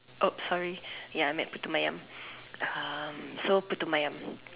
!oops! sorry I meant putu-mayam so putu-mayam